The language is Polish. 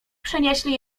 przenieśli